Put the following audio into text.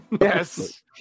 Yes